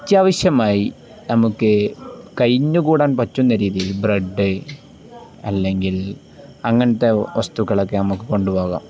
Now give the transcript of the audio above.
അത്യാവശ്യമായി നമുക്കു കഴിഞ്ഞുകൂടാൻ പറ്റുന്ന രീതിയിൽ ബ്രെഡ് അല്ലെങ്കിൽ അങ്ങനത്തെ വസ്തുക്കളൊക്കെ നമുക്കു കൊണ്ടുപോകാം